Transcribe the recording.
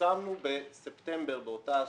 פרסמנו בספטמבר באותה שנה,